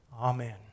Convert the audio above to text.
Amen